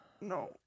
No